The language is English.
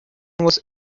was